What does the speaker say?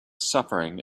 suffering